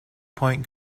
point